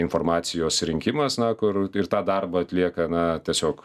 informacijos rinkimas na kur ir tą darbą atlieka na tiesiog